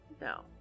no